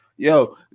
Yo